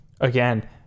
again